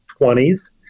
20s